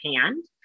hand